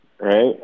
right